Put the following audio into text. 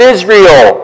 Israel